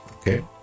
okay